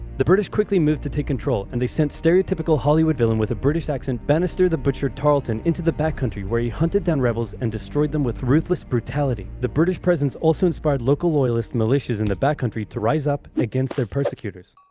the british quickly moved to take control, and they sent stereotypical hollywood villain with a british accent bannister the butcher tarleton into the back country, where he hunted down rebels and destroyed them with ruthless brutality. the british presence also inspired local loyalist militias in the back country to rise up against their persecutors.